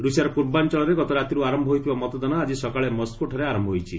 ରୁଷିଆର ପୂର୍ବାଞ୍ଚଳରେ ଗତରାତିରୁ ଆରମ୍ଭ ହୋଇଥିବା ମତଦାନ ଆଜି ସକାଳେ ମସ୍କୋଠାରେ ଆରମ୍ଭ ହୋଇଛି